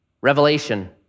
Revelation